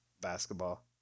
basketball